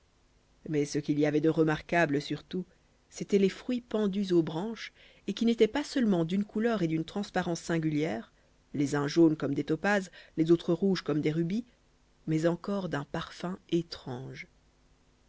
mais ce qu'il y avait de remarquable surtout c'étaient les fruits pendus aux branches et qui n'étaient pas seulement d'une couleur et d'une transparence singulières les uns jaunes comme des topazes les autres rouges comme des rubis mais encore d'un parfum étrange